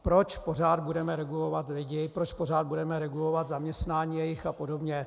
Proč pořád budeme regulovat lidi, proč pořád budeme regulovat jejich zaměstnání a podobně?